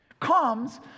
comes